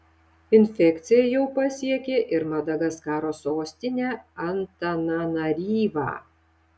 infekcija jau pasiekė ir madagaskaro sostinę antananaryvą